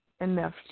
enough